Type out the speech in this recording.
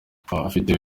pacifique